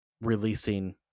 releasing